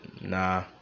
nah